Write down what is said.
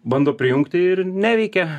bando prijungti ir neveikia